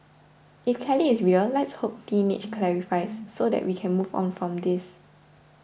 if Kelly is real let's hope Teenage clarifies so that we can move on from this